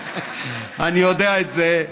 אני יודע את זה.